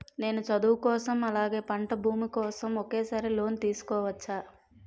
నేను చదువు కోసం అలాగే పంట భూమి కోసం ఒకేసారి లోన్ తీసుకోవచ్చా?